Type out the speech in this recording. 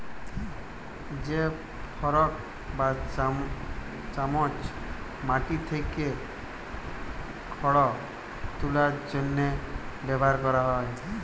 যে ফরক বা চামচ মাটি থ্যাকে খড় তুলার জ্যনহে ব্যাভার ক্যরা হয়